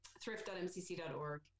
thrift.mcc.org